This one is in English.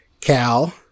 Cal